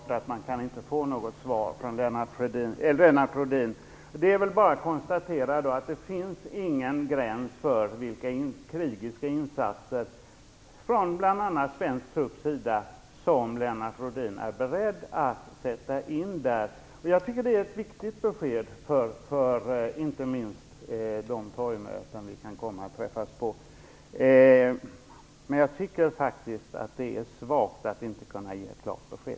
Herr talman! Det är uppenbart att man inte kan få något svar från Lennart Rohdin. Det är bara att konstatera att det tydligen inte finns någon gräns för vilka krigiska insatser, från bl.a. svenska trupper, som Lennart Rohdin är beredd att sätta in. Det är ett viktigt besked, inte minst inför de torgmöten som vi kan komma att träffas på. Jag tycker faktiskt att det är svagt att inte kunna ge ett klart besked.